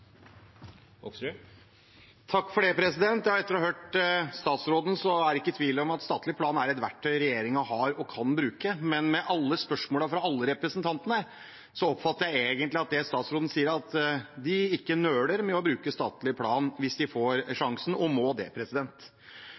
det ikke tvil om at statlig plan er et verktøy regjeringen har og kan bruke, men med alle spørsmålene fra representantene oppfatter jeg egentlig at det statsråden sier, er at de ikke nøler med å bruke statlig plan hvis de får sjansen og må det.